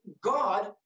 God